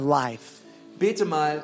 life